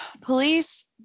police